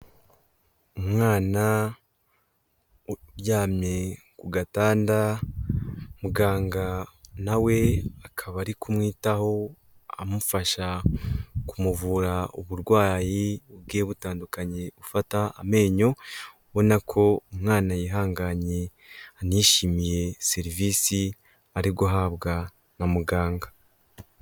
Umwana uryamye ku gatanda muganga nawe akaba ari kumwitaho amufasha kumuvura uburwayi bwe butandukanye ufata amenyo ubona ko umwana yihanganye anishimiye serivisi ari guhabwa na muganga.